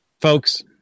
Folks